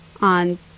On